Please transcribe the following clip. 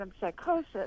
psychosis